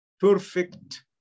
perfect